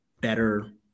better